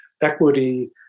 equity